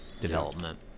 development